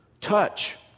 Touch